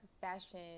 fashion